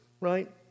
right